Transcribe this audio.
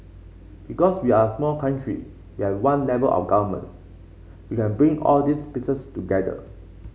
because we're a small country we have one level of government we can bring all these pieces together